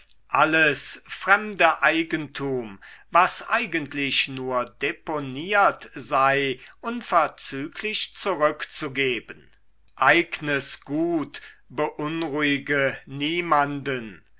alles fremde eigentum was eigentlich nur deponiert sei unverzüglich zurückzugeben eignes gut beunruhige niemanden